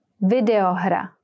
Videohra